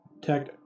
Tech